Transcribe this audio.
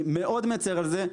אני מאוד מצר על זה.